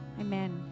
Amen